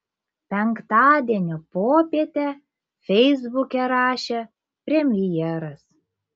penktadienio popietę feisbuke rašė premjeras